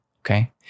Okay